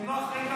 אתם לא אחראים,